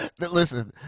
listen